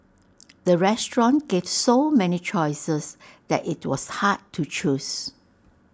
the restaurant gave so many choices that IT was hard to choose